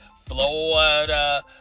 Florida